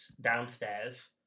downstairs